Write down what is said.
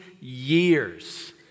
years